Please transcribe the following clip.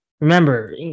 Remember